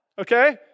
okay